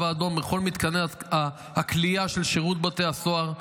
האדום בכל מתקני הכליאה של שירות בתי הסוהר,